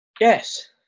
yes